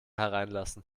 hereinlassen